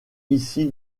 ici